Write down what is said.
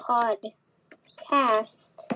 Podcast